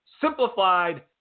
Simplified